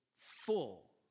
full